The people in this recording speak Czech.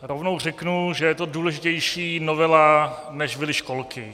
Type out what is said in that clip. Rovnou řeknu, že je to důležitější novela, než byly školky.